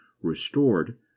restored